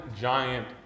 giant